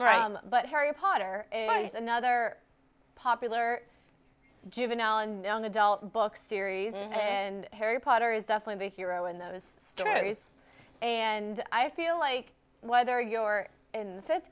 but harry potter is another popular juvenile unknown adult book series and harry potter is definitely the hero in those stories and i feel like whether you're in the fifth